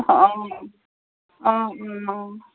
অঁ অঁ অঁ